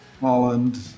Holland